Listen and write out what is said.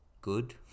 good